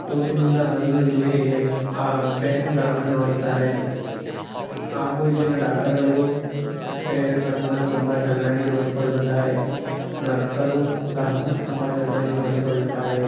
ಊರಿನಿಂದ ಬಂದು ಇಲ್ಲಿ ಆ ಪೇಷೆಂಟ್ಗಳನ್ನು ನೋಡುತ್ತಾರೆ ಹಾಗೂ ಇಲ್ಲಿನ ಡಾಕ್ಟರ್ಗಳು ಪೇಷೆಂಟ್ಗಳನ್ನು ತುಂಬ ಚೆನ್ನಾಗಿ ನೋಡಿಕೊಳ್ಳುತ್ತಾರೆ ನರ್ಸ್ಗಳು ಸಹ ತುಂಬ ಚೆನ್ನಾಗಿ ನೋಡಿಕೊಳ್ಳುತ್ತಾರೆ